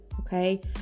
okay